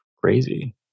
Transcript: crazy